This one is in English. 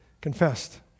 confessed